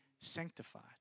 sanctified